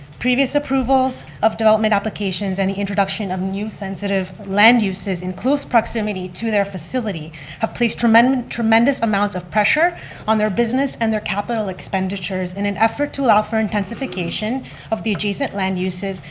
previous approvals of development applications and the introduction of new sensitive land uses in close proximity to their facility have placed tremendous tremendous amounts of pressure on their business and their capital expenditures. in an effort to allow for intensification of the adjacent land uses,